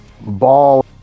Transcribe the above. ball